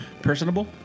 personable